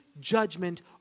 judgment